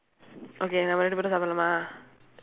okay நம்ம இரண்டு பேரும் சாப்பிடலாமா:namma irandu peerum saappidalaamaa